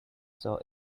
saw